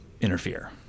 interfere